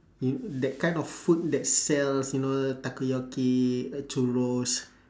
you that kind of food that sells you know takoyaki uh churros